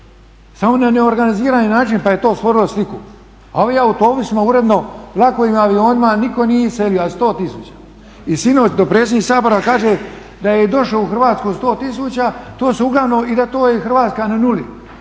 Samo na organizirani način pa je to stvorilo sliku. A ovi autobusima uredno, vlakovima, avionima nitko nije iselio, a 100 tisuća. I sinoć dopredsjednik Sabora kaže da je došlo u Hrvatsku 100 tisuća, to su uglavnom, i da to je Hrvatska na nuli.